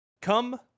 come